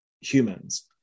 humans